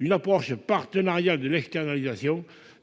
« une approche partenariale de l'externalisation